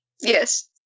Yes